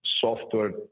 software